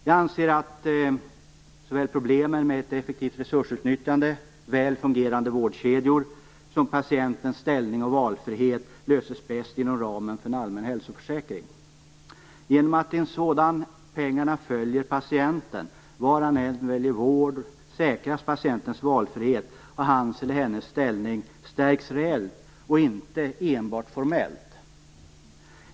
Jag anser att såväl problemen med ett effektivt resursutnyttjande och väl fungerande vårdkedjor som problemen med patientens ställning och valfrihet bäst löses inom ramen för en allmän hälsoförsäkring. Genom att pengarna i en sådan följer patienten var han eller hon än väljer vård säkras patientens valfrihet, och hans eller hennes ställning stärks reellt - inte enbart formellt.